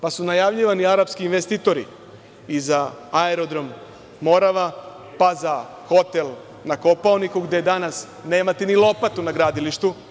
Zatim su najavljivani araspki investitori i za Aerodrom „Morava“, pa za hotel na Kopaoniku, gde danas nemate ni lopatu na gradilištu.